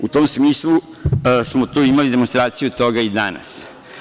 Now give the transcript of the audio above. U tom smislu smo tu imali demonstraciju toga i danas.